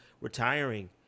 retiring